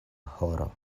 horo